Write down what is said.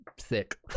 thick